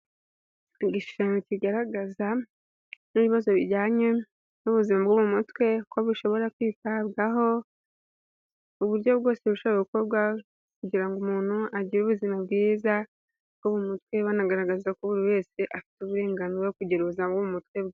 Igishushanyo kigaragaza ibazo bijyanye n'ubuzima bwo mu mutwe ko bishobora kwitabwaho uburyo bwose bushobora gukorwa kugira ngo umuntu agire ubuzima bwiza bwo mu mutwe, banagaragaza ko buri wese afite uburenganzira bwo kugira ubuzima bwo mu mutwe bwe.